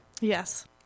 Yes